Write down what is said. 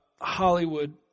Hollywood